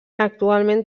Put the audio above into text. actualment